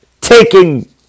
taking